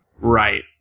Right